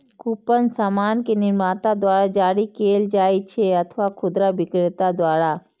coupon सामान के निर्माता द्वारा जारी कैल जाइ छै अथवा खुदरा बिक्रेता द्वारा